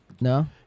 No